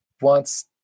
wants